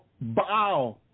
bow